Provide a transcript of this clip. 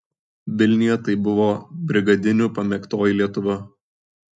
vilniuje tai buvo brigadinių pamėgtoji lietuva